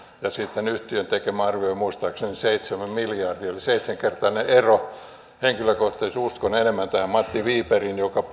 ja sitten yhtiön tekemä arvio oli muistaakseni seitsemän miljardia siinä oli seitsenkertainen ero henkilökohtaisesti uskon enemmän matti wibergiin jonka